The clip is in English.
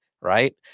right